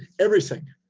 everything,